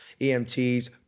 EMTs